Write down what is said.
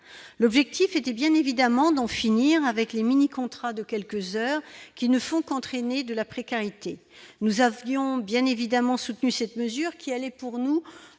l'objectif était bien évidemment d'en finir avec les mini-contrat de quelques heures qui ne font qu'entraîner de la précarité, nous avions bien évidemment soutenu cette mesure qui allait pour nous